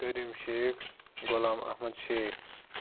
cream Sheikh Ghulam Ahmed Sheikh